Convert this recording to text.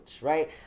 right